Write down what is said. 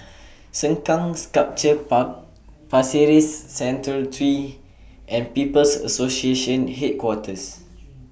Sengkang Sculpture Park Pasir Ris Central Street and People's Association Headquarters